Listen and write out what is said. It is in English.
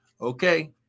okay